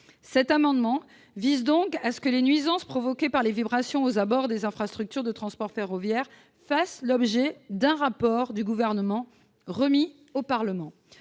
Cet amendement vise donc à ce que les nuisances provoquées par les vibrations aux abords des infrastructures de transport ferroviaire fassent l'objet d'un rapport du Gouvernement remis au Parlement.